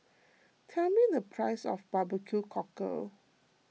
tell me the price of Barbecue Cockle